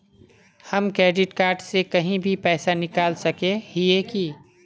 हम credit card से कहीं भी पैसा निकल सके हिये की?